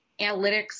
analytics